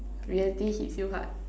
reality hits you hard